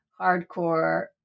hardcore